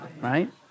right